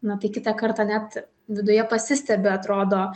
na tai kitą kartą net viduje pasistebi atrodo